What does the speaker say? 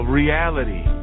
reality